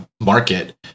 market